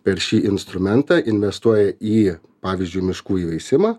per šį instrumentą investuoja į pavyzdžiui miškų įveisimą